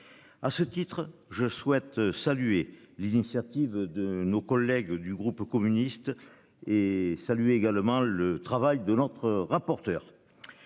À ce titre je souhaite saluer l'initiative de nos collègues du groupe communiste et salue également le travail de notre rapporteure.